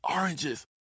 oranges